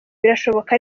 birashoboka